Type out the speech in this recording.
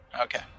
okay